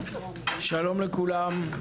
שלום לכולם,